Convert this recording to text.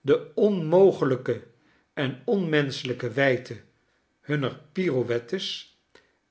de onmogelijke en onmenschelijke wijdte hunner pirouettes